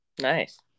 Nice